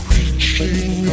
Reaching